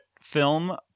film